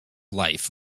life